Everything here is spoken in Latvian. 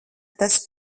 tas